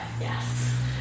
yes